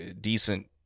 decent